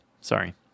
sorry